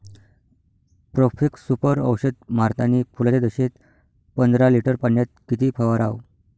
Profex Super औषध मारतानी फुलाच्या दशेत पंदरा लिटर पाण्यात किती फवाराव?